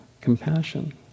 compassion